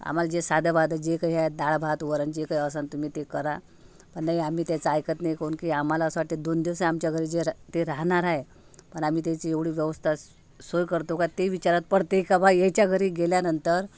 आम्हाला जे साधं बाधं जे काही आहे डाळ भात वरण जे काही असंन तुम्ही ते करा पण नाही आम्ही त्याचं ऐकत नाही काऊन की आम्हाला असं वाटतं दोन दिस आहे आमच्या घरी जे राह ते राहणार आहे पण आम्ही त्याची एवढी व्यवस्था सोय करतो का ते विचारात पडते का बा याच्या घरी गेल्यानंतर